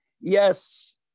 Yes